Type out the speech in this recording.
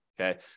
okay